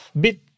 Bit